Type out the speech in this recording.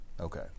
Okay